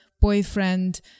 boyfriend